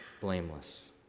blameless